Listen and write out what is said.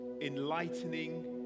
enlightening